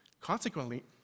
Consequently